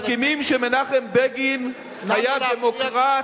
מסכימים שמנחם בגין היה דמוקרט,